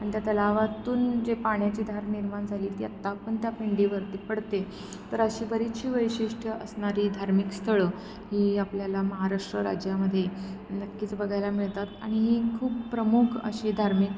आणि त्या तलावातून जे पाण्याची धार निर्माण झाली ती आत्ता पण त्या पिंडीवररती पडते तर अशी बरीचशी वैशिष्ट्य असणारी धार्मिक स्थळं ही आपल्याला महाराष्ट्र राज्यामध्ये नक्कीच बघायला मिळतात आणि ही खूप प्रमुख अशी धार्मिक